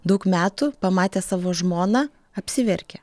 daug metų pamatė savo žmoną apsiverkė